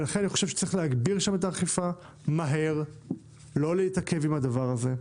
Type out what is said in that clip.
לכן אני חושב שצריך להגביר שם את האכיפה מהר ולא להתעכב עם הדבר הזה.